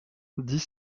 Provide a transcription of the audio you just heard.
dix